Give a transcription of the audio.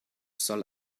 soll